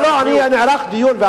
לא, נערך דיון.